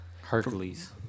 Hercules